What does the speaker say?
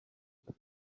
but